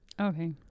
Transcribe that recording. Okay